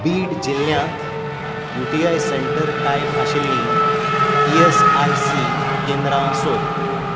बीड जिल्ल्यांत UT I centre type आशिल्लीं E S I C केंद्रां सोद